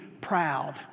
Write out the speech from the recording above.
proud